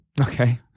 Okay